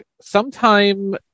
sometime